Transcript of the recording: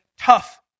tough